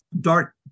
dark